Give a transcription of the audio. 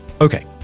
Okay